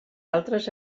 altres